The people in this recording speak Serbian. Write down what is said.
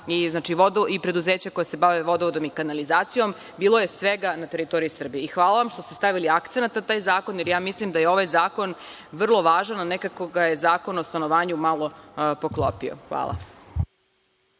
i preduzeća koja se bave vodovodom i kanalizacijom, bilo je svega na teritoriji Srbije. Hvala vam što ste stavili akcenat na taj zakon, jer ja mislim da je ovaj zakon vrlo važan, ali nekako ga je Zakon o stanovanju malo poklopio. Hvala.